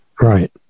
Right